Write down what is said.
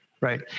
Right